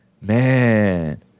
Man